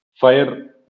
fire